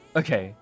okay